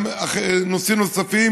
גם נושאים נוספים